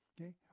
Okay